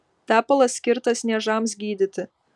tepalas skirtas niežams gydyti